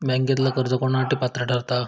बँकेतला कर्ज कोणासाठी पात्र ठरता?